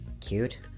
Cute